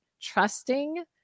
trusting